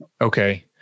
Okay